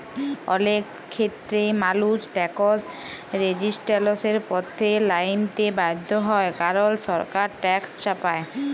অলেক খ্যেত্রেই মালুস ট্যাকস রেজিসট্যালসের পথে লাইমতে বাধ্য হ্যয় কারল সরকার ট্যাকস চাপায়